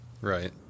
Right